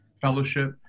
fellowship